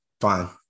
fine